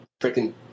freaking